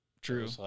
True